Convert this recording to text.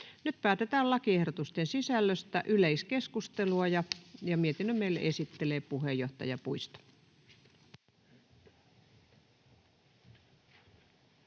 Nyt päätetään lakiehdotusten sisällöstä. — Yleiskeskustelua, ja mietinnön meille esittelee puheenjohtaja Puisto.